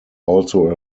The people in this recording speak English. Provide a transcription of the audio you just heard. also